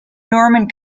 norman